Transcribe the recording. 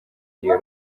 iyo